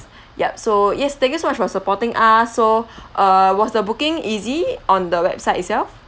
yup so yes thank you so much for supporting us so uh was the booking easy on the website itself